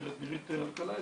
הגברת נירית אלקלעי,